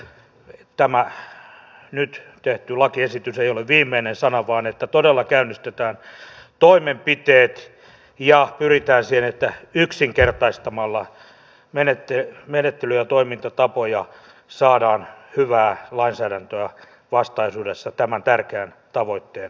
että tämä nyt tehty lakiesitys ei ole viimeinen sana vaan todella käynnistetään toimenpiteet ja pyritään siihen että yksinkertaistamalla menettelyjä ja toimintatapoja saadaan hyvää lainsäädäntöä vastaisuudessa tämän tärkeän tavoitteen toteuttamiseksi